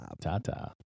Ta-ta